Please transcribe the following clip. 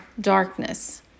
darkness